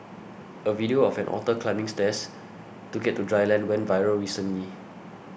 a video of an otter climbing stairs to get to dry land went viral recently